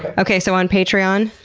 but okay, so on patreon,